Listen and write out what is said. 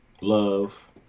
love